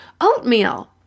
Oatmeal